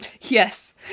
Yes